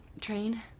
train